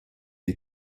est